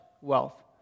wealth